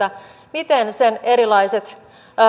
miten sen erilaiset